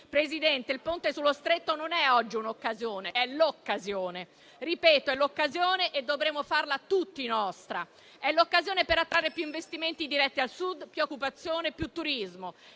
Presidente, il Ponte sullo Stretto non è solo un'occasione, ma è l'occasione e - lo ripeto - tutti dovremmo farla nostra. È l'occasione per attrarre più investimenti diretti al Sud, più occupazione e più turismo.